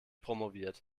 promoviert